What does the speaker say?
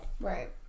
Right